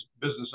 business